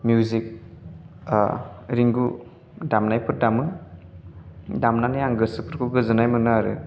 music रिंगु दामनायफोर दामो दामनानै आं गोसोफोरखौ गोजोननाय मोनो आरो